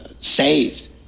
saved